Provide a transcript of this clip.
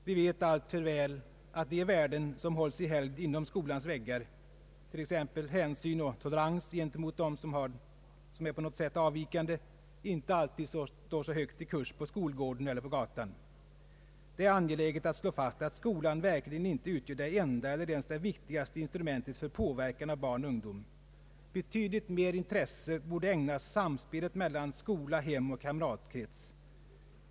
Vi vet alltför väl att de värden som hålls i helgd inom skolans väggar — t.ex. hänsyn och tolerans gentemot dem som på något sätt är avvikande — inte alltid står så högt i kurs på skolgården eller på gatan. Det är angeläget att slå fast att skolan verkligen inte utgör det enda eller ens det viktigaste instrumentet för påverkan av barn och ungdom. Betydligt mer intresse borde ägnas samspelet mellan skola, hem och kamratkrets.